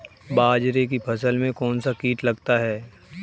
बाजरे की फसल में कौन सा कीट लगता है?